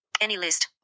Anylist